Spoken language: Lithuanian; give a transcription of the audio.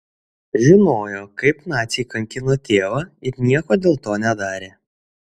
žinojo kaip naciai kankino tėvą ir nieko dėl to nedarė